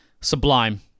sublime